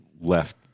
left